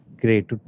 Great